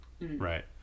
Right